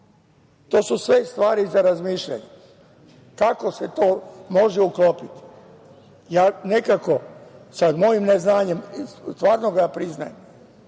To su sve stvari za razmišljanje kako se to može uklopiti. Ja nekako sa mojim neznanjem, stvarno ga priznajem,